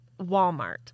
Walmart